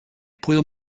puedo